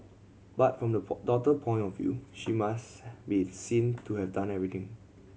but from the daughter point of view she must be seen to have done everything